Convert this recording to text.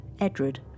Edred